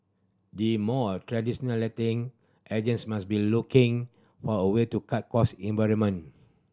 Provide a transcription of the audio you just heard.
the more traditional letting agents must be looking for a way to cut cost in environment